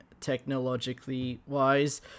technologically-wise